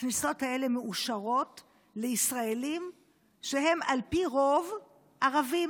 הכניסות האלה מאושרות לישראלים שהם על פי רוב ערבים.